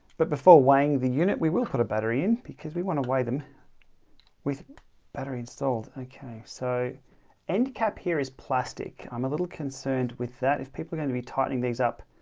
but before weighing the unit we will put a battery in because we want to weigh them with the battery installed. okay, so end cap here is plastic. i'm a little concerned with that if people are going to be tightening these up